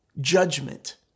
judgment